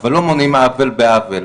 אבל לא מונעים עוול בעוול.